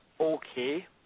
okay